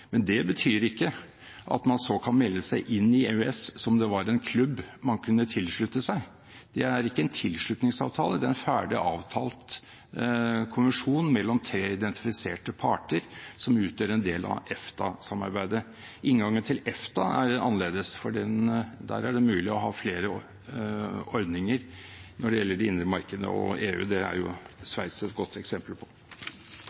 Men det betyr ikke at man så kan melde seg inn i EØS som om det var en klubb man kan tilslutte seg. Det er ikke en tilslutningsavtale, det er en ferdig avtalt konvensjon mellom tre identifiserte parter som utgjør en del av EFTA-samarbeidet. Inngangen til EFTA er annerledes, for der er det mulig å ha flere ordninger når det gjelder det indre marked og EU. Det er